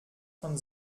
von